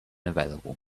available